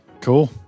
cool